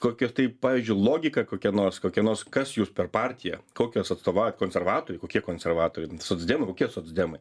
kokia tai pavyzdžiui logika kokia nors kokia nors kas jūs per partija kokią jūs atstovaujat konservatoriai kokie konservatoriai socdemai kokie socdemai